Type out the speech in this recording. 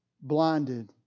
blinded